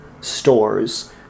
stores